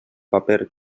paper